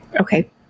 Okay